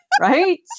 Right